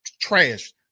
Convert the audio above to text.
trash